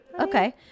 Okay